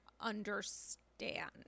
understand